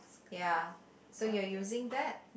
ya so you're using that